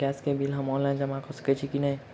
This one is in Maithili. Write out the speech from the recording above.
गैस केँ बिल हम ऑनलाइन जमा कऽ सकैत छी की नै?